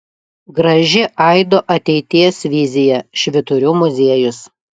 graži aido ateities vizija švyturių muziejus